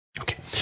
Okay